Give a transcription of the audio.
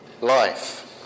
life